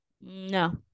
No